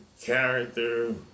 character